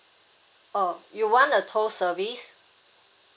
orh you want a tow service